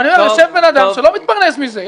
יושב בן אדם שלא מתפרנס מזה.